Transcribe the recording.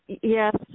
Yes